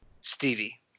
Stevie